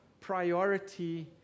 priority